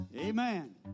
amen